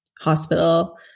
hospital